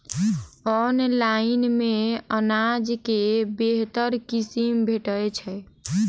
Online मे अनाज केँ बेहतर किसिम भेटय छै?